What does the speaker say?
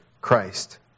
Christ